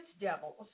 devils